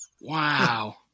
Wow